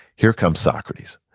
here comes socrates.